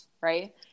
right